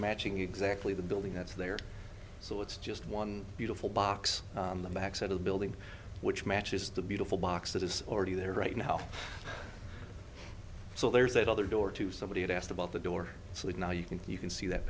matching exactly the building that's there so it's just one beautiful box on the back side of the building which matches the beautiful box that is already there right now so there's that other door to somebody asked about the door so that now you can you can see that